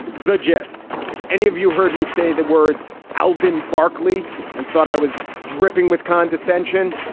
the gist, if any of you heard me say the words albin barkley and thought i was dripping with condescension,